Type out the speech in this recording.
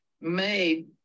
made